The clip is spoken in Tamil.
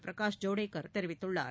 பிரகாஷ் ஜவடேகர் தெரிவித்துள்ளார்